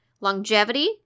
longevity